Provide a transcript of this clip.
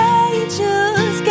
angels